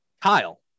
Kyle